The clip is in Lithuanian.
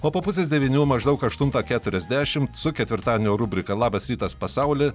o po pusės devynių maždaug aštuntą keturiasdešimt su ketvirtadienio rubrika labas rytas pasauli